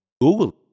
Google